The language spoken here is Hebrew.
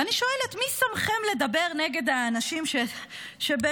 ואני שואלת: מי שמכם לדבר נגד האנשים שבאמת